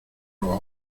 los